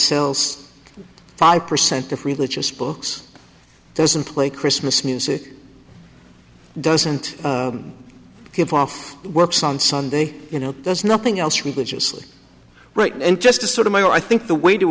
sells five percent of religious books doesn't play christmas music doesn't give off works on sunday you know there's nothing else religiously right and just sort of my i think the way to